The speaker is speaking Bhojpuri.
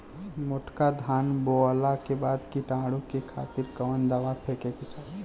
मोटका धान बोवला के बाद कीटाणु के खातिर कवन दावा फेके के चाही?